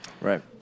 Right